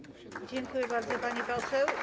Dziękuję bardzo, pani poseł.